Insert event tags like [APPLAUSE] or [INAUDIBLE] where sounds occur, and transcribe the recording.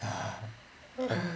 [LAUGHS]